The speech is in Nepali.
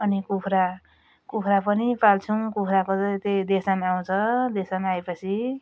अनि कुखुरा कुखुरा पनि पाल्छौँ कुखुराको चाहिँ त्यही देसान आउँछ देसान आएपछि